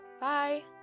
Bye